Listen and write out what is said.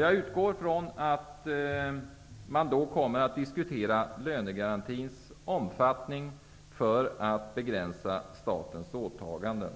Jag utgår från att man kommer att diskutera lönegarantins omfattning för att begränsa statens åtaganden.